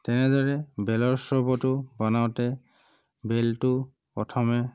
তেনেদৰে বেলৰ চৰ্বতো বনাওঁতে বেলটো প্ৰথমে